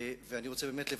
אני רוצה באמת לברך,